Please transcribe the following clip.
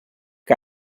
que